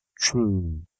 true